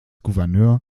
gouverneur